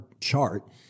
chart